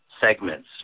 segments